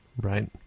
Right